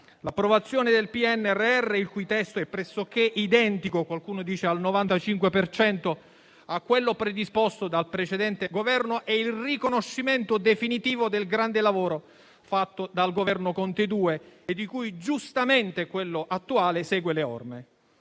L'approvazione del PNRR, il cui testo è pressoché identico, secondo alcuni al 95 per cento, a quello predisposto dal precedente Governo, è il riconoscimento definitivo del grande lavoro fatto dal Governo Conte II, di cui giustamente quello attuale segue le orme.